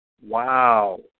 Wow